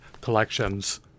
collections